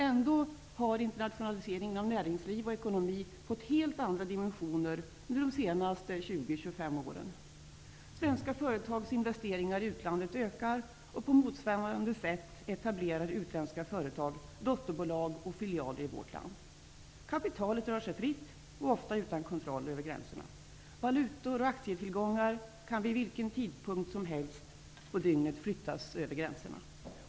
Ändå har internationaliseringen av näringsliv och ekonomi fått helt andra dimensioner under de senaste 20--25 åren. Svenska företags investeringar i utlandet ökar. På motsvarande sätt etablerar utländska företag dotterbolag och filialer i vårt land. Kapitalet rör sig fritt och ofta utan kontroll över gränserna. Valutor och aktietillgångar kan vid vilken tidpunkt som helst på dygnet flyttas över gränserna.